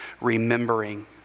remembering